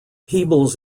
peebles